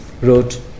wrote